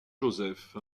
joseph